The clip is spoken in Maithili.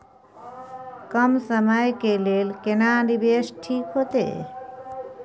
कम समय के लेल केना निवेश ठीक होते?